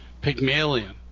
Pygmalion